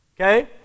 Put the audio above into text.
Okay